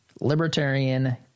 Libertarian